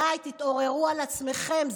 די, תתעוררו על עצמכם.